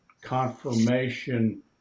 confirmation